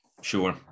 Sure